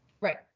Right